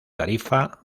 tarifa